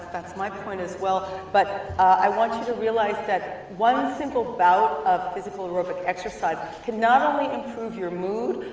that's my point as well. but i want you to realize that one single bout of physical aerobic exercise can not only improve your mood,